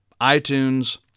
iTunes